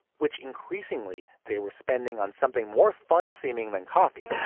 which increasingly they were spending on something more fun seeming than coffee